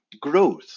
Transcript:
growth